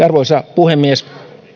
arvoisa puhemies